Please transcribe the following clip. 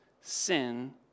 sin